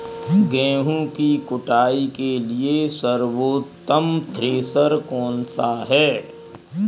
गेहूँ की कुटाई के लिए सर्वोत्तम थ्रेसर कौनसा है?